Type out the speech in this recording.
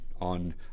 on